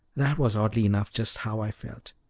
that was, oddly enough, just how i felt.